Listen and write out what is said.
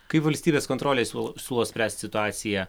kaip valstybės kontrolė siūlo siūlo spręst situaciją